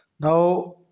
Now